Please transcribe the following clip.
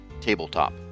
tabletop